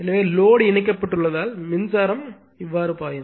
எனவே லோடு இணைக்கப்பட்டுள்ளதால் மின்சாரம் இப்படி பாயும்